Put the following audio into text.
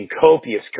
copious